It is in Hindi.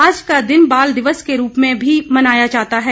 आज का दिन बाल दिवस के रूप में भी मनाया जाता है